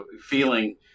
feeling